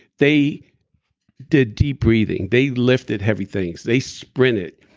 they did deep breathing. they lifted heavy things. they sprinted.